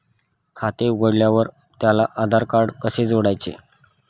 खाते उघडल्यावर त्याला आधारकार्ड कसे जोडायचे?